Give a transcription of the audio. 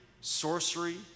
sorcery